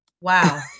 wow